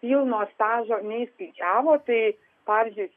pilno stažo neįskaičiavo tai pavyzdžiui